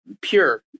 pure